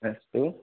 अस्तु